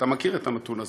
אתה מכיר את הנתון הזה,